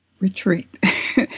Retreat